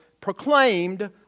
proclaimed